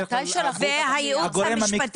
בדרך כלל הגורם המקצועי --- והייעוץ המשפטי